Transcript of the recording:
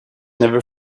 never